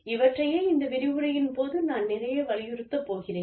இவற்றையே இந்த விரிவுரையின் போது நான் நிறைய வலியுறுத்தப் போகிறேன்